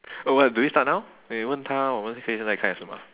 oh well do we start now 你问她我们可以现在开始吗